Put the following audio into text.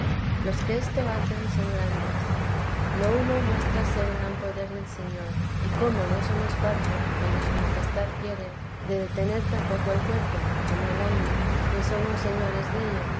los que esto hacen son grandes lo uno muéstrase el gran poder del señor y cómo no somos parte cuando su majestad quiere de detener tampoco el cuerpo como el alma ni somos señores dello